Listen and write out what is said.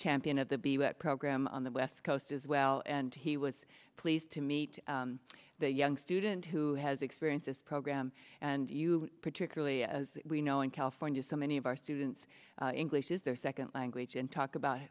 champion of the be that program on the west coast as well and he was pleased to meet the young student who has experience this program and you particularly as we know in california so many of our students english is their second language and talk about